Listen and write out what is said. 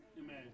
Amen